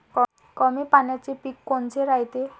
कमी पाण्याचे पीक कोनचे रायते?